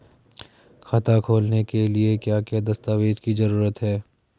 खाता खोलने के लिए क्या क्या दस्तावेज़ की जरूरत है?